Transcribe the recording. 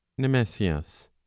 Nemesius